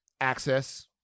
Access